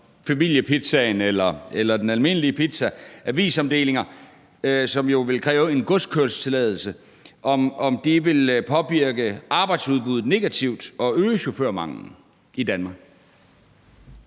familiepizzaen eller den almindelige pizza og avisomdeling, der jo vil kræve en godskørselstilladelse, vil påvirke arbejdsudbuddet negativt og øge chaufførmanglen i Danmark.